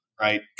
right